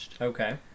Okay